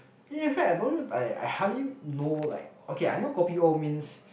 in fact I don't I I hardly know like okay I know kopi o means